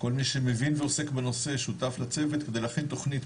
כל מי שמבין ועוסק בנושא שותף לצוות כדי להכין תכנית,